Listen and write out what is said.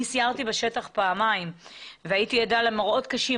אני סיירתי בשטח פעמיים והייתי עדה למראות קשים.